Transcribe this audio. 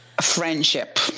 Friendship